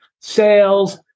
sales